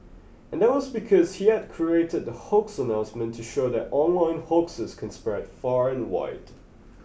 and that was because he had created the hoax announcement to show that online hoaxes can spread far and wide